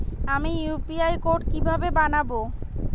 আমি UPI code কিভাবে বানাব?